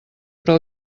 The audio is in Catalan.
però